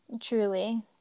Truly